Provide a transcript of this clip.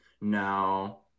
no